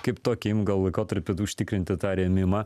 kaip tokį ilgą laikotarpį užtikrinti tą rėmimą